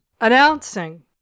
Announcing